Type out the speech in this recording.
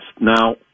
Now